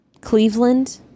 Cleveland